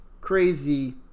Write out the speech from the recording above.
crazy